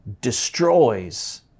destroys